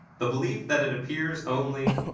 the belief that it appears only,